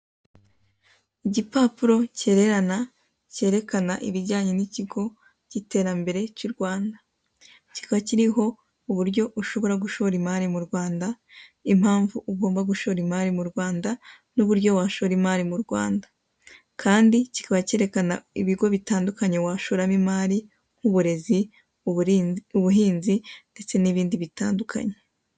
Igipapuro cyererana cyerekana ibijyanye nikigo kiterambere cy'U Rwanda. Kikaba kiriho uburyo ushobora gushora imari mu Rwanda, impamvu ugomba gushora imari mu Rwanda, n'uburyo washora imari mu Rwanda, kandi kikaba cyerekana ibigo bitandukanye washoramo imari nk'uburezi, ubuhinzi, ndetse n'ibindi bitandukanye.